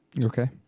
Okay